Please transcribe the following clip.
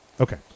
Okay